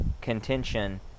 contention